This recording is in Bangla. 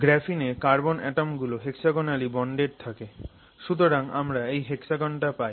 গ্রাফিণে কার্বন অ্যাটম গুলো hexagonally bonded থাকে সুতরাং আমরা এই hexagon টা পাই